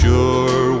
Sure